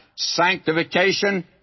Sanctification